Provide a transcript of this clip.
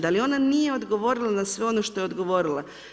Da li ona nije odgovorila na sve ono što je odgovorila.